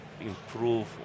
improve